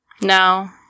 No